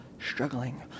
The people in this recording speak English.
struggling